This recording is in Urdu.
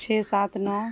چھ سات نو